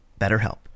BetterHelp